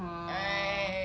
ah